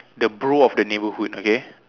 the bro of the neighbourhood okay